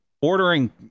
ordering